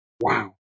Wow